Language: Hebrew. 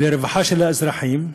לרווחה של האזרחים,